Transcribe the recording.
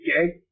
Okay